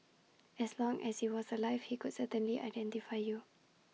as long as he was alive he could certainly identify you